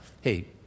Hey